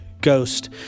ghost